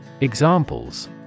Examples